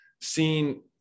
seen